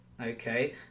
okay